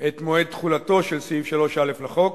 את מועד תחולתו של סעיף 3(א) לחוק,